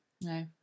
No